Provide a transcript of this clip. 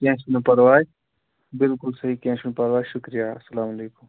کیٚنٛہہ چھُنہٕ پرواے بِلکُل صحیح کیٚنٛہہ چھُنہٕ پرواے شُکریہ اسلام علیکُم